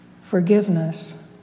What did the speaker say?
forgiveness